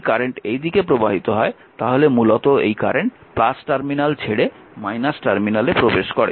যদি কারেন্ট এই দিকে প্রবাহিত হয় তাহলে মূলত এই কারেন্ট টার্মিনাল ছেড়ে টার্মিনালে প্রবেশ করে